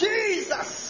Jesus